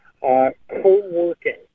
co-working